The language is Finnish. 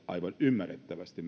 aivan ymmärrettävästi